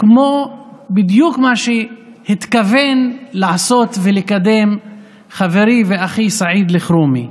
בדיוק כמו שהתכוון לעשות ולקדם חברי ואחי סעיד אלחרומי.